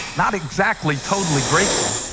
not exactly totally grateful.